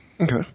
Okay